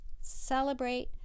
Celebrate